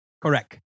Correct